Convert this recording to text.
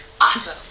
awesome